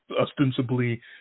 ostensibly